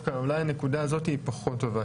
אולי הנקודה הזאת היא פחות טובה,